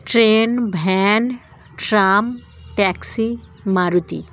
train van tram taxi Maruti